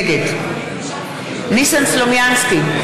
נגד ניסן סלומינסקי,